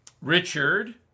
Richard